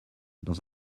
dans